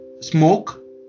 Smoke